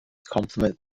complement